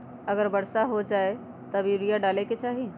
अगर वर्षा हो जाए तब यूरिया डाले के चाहि?